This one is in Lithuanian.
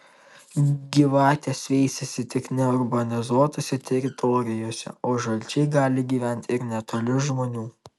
gyvatės veisiasi tik neurbanizuotose teritorijose o žalčiai gali gyventi ir netoli žmonių